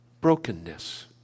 brokenness